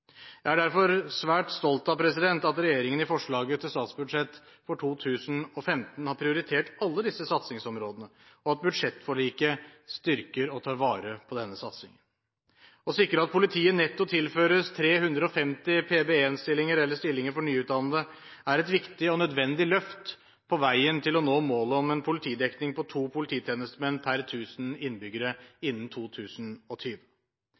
Jeg er derfor svært stolt av at regjeringen i forslaget til statsbudsjett for 2015 har prioritert alle disse satsingsområdene, og at budsjettforliket styrker og tar vare på denne satsingen. Å sikre at politiet netto tilføres 350 PB1-stillinger, stillinger for nyutdannede, er et viktig og nødvendig løft på veien til å nå målet om en politidekning på to polititjenestemenn per tusen innbyggere